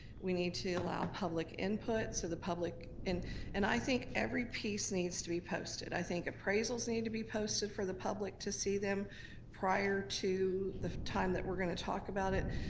we need to allow public input so the public, and and i think every piece needs to be posted. i think appraisals need to be posted for the public to see them prior to the time that we're gonna talk about it.